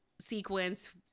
sequence